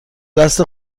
دست